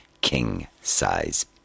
king-size